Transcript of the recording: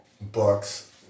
books